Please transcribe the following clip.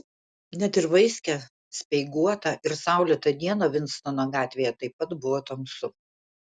net ir vaiskią speiguotą ir saulėtą dieną vinstono gatvėje taip pat buvo tamsu